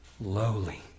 lowly